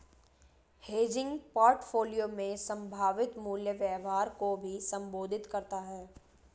hedging portfolio में संभावित मूल्य व्यवहार को भी संबोधित करता हैं